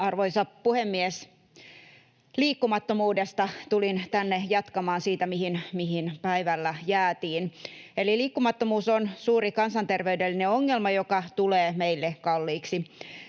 Arvoisa puhemies! Liikkumattomuudesta tulin tänne jatkamaan siitä, mihin päivällä jäätiin. Eli liikkumattomuus on suuri kansanterveydellinen ongelma, joka tulee meille kalliiksi.